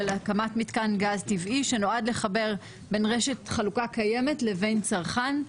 הקמת מתקן גז טבעי שנועד לחבר בין רשת חלוקה קיימת לבין צרכן.